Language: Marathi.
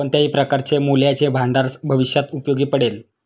कोणत्याही प्रकारचे मूल्याचे भांडार भविष्यात उपयोगी पडेल